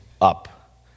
up